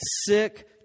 sick